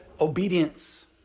obedience